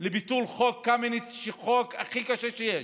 לביטול חוק קמיניץ, שהוא חוק הכי קשה שיש.